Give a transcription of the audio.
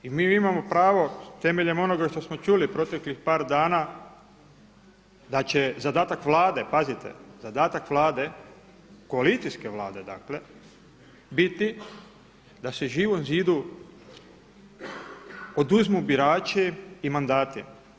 I mi imamo pravo temeljem onoga što smo čuli proteklih par dana da će zadatak Vlade, pazite, zadatak Vlade koalicijske Vlade dakle, biti da se Živom zidu oduzmu birači i mandati.